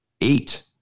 eight